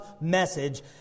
message